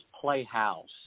Playhouse